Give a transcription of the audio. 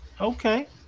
Okay